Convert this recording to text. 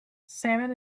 salmon